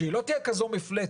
שהיא לא תהיה כזו מפלצת,